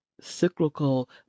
cyclical